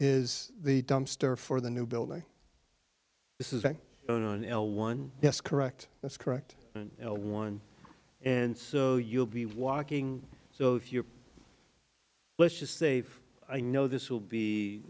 is the dumpster for the new building this is going on l one yes correct that's correct one and so you'll be walking so if you're let's just say i know this will be